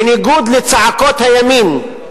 בניגוד לצעקות הימין,